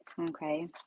okay